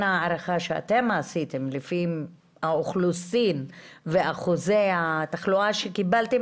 ההערכה שאתם עשיתם לפי האוכלוסין ואחוזי התחלואה שקיבלתם